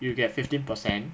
you get fifteen percent